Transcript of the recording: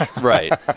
Right